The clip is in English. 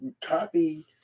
copy